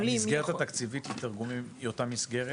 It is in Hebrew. המסגרת התקציבית לתרגומים היא אותה מסגרת?